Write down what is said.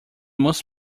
most